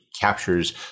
captures